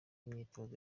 imyitozo